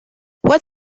what